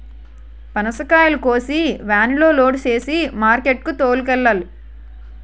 పనసకాయలను కోసి వేనులో లోడు సేసి మార్కెట్ కి తోలుకెల్లాల